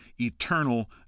eternal